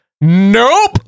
nope